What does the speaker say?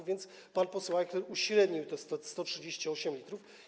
A więc pan poseł Ajchler uśrednił to - 138 l.